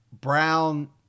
Brown